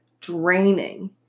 draining